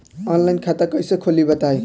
Online खाता कइसे खोली बताई?